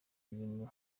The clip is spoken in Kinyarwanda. ibintu